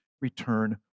return